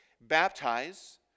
baptize